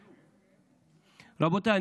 רבותיי,